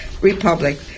republic